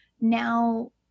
now